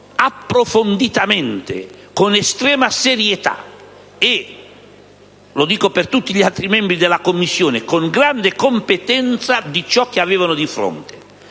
approfonditamente, con estrema serietà e - lo dico per tutti gli altri membri della Commissione - con grande competenza la materia che avevano di fronte.